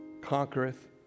conquereth